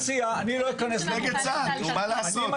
נגד צה"ל, נו, מה לעשות.